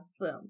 boom